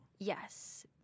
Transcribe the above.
Yes